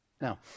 Now